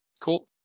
Cool